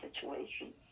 situation